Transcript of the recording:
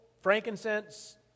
frankincense